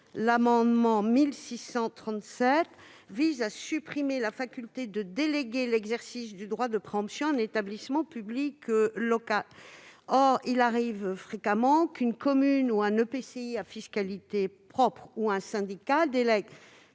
et 1637 rectifié visent à supprimer la faculté de déléguer l'exercice du droit de préemption à un établissement public local. Il arrive fréquemment qu'une commune, un EPCI à fiscalité propre ou un syndicat délègue